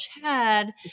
Chad